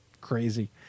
crazy